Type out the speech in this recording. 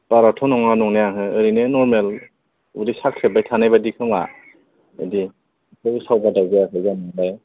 बाराथ' नङा नंनाया ओहो ओरैनो नरमेल उदै साख्रेबबाय थानाय बायदि खोमा बिदि उसाव बादाव जायाखै जानायालाय